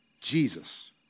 Jesus